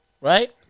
right